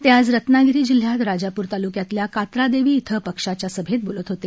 ते आज रत्नागिरी जिल्ह्यात राजापूर तालुक्यातल्या कात्रादेवी इथं पक्षाच्या सभेत बोलत होते